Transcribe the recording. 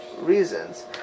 reasons